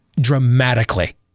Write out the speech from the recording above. dramatically